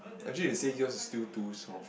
actually it says yours is still too soft